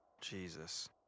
Jesus